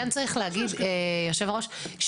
היושב-ראש,